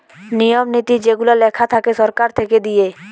নিয়ম নীতি যেগুলা লেখা থাকে সরকার থেকে দিয়ে